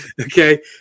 Okay